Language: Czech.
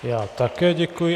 Já také děkuji.